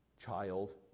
Child